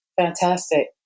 Fantastic